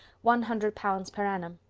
one hundred pounds per annum.